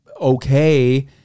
okay